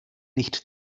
nicht